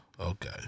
Okay